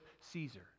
Caesar